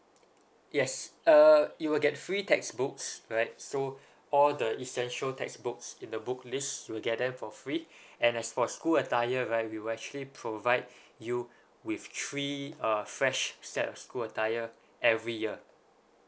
yes uh you will get free textbooks right so all the essential textbooks in the book list will get them for free and as for school attire right we will actually provide you with three uh fresh set of school attire every year